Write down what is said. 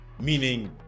meaning